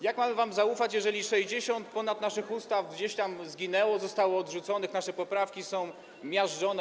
Jak mamy wam zaufać, jeżeli ponad 60 naszych ustaw gdzieś tam zginęło, zostało odrzuconych, nasze poprawki są miażdżone?